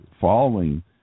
following